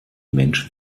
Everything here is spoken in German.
mensch